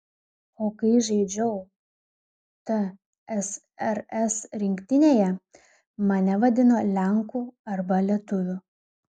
o kai žaidžiau tsrs rinktinėje mane vadino lenku arba lietuviu